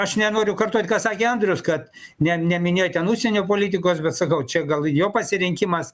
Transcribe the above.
aš nenoriu kartot ką sakė andrius kad ne neminėjo ten užsienio politikos bet sakau čia gal jo pasirinkimas